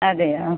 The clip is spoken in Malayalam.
അതെയോ